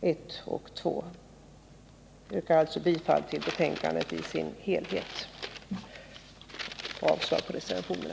1 och 2. Jag yrkar alltså bifall till hemställan i dess helhet och avslag på reservationerna.